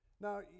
Now